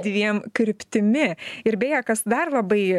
dviem kryptimi ir beje kas dar labai